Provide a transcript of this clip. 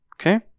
okay